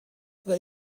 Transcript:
there